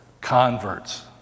Converts